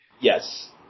Yes